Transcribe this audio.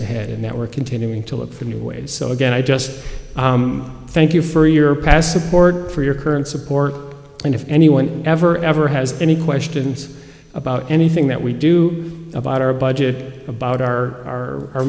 ahead and that we're continuing to look for new ways so again i just thank you for your past support for your current support and if anyone ever ever had any questions about anything that we do about our budget about our our our